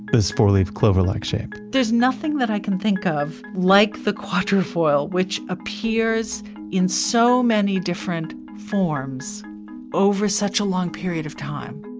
this four leaf clover-like shape there's nothing that i can think of like the quatrefoil, which appears in so many different forms over such a long period of time.